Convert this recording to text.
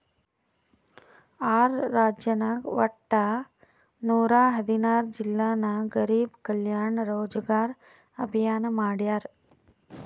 R ರಾಜ್ಯನಾಗ್ ವಟ್ಟ ನೂರಾ ಹದಿನಾರ್ ಜಿಲ್ಲಾ ನಾಗ್ ಗರಿಬ್ ಕಲ್ಯಾಣ ರೋಜಗಾರ್ ಅಭಿಯಾನ್ ಮಾಡ್ಯಾರ್